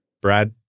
Brad